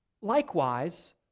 Likewise